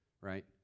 right